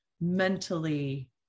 mentally